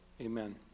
amen